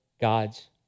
God's